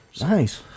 Nice